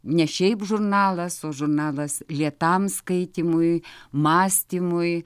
ne šiaip žurnalas o žurnalas lėtam skaitymui mąstymui